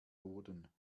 boden